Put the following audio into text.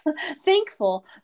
thankful